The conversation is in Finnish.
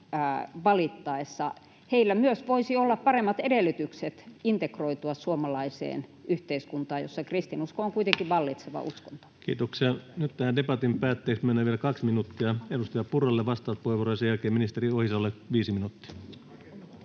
Heillä myös voisi olla paremmat edellytykset integroitua suomalaiseen yhteiskuntaan, jossa kristinusko on kuitenkin vallitseva uskonto. Kiitoksia. — Nyt tähän debatin päätteeksi mennään vielä 2 minuuttia. Edustaja Purralle vastauspuheenvuoro, ja sen jälkeen ministeri Ohisalolle 5 minuuttia.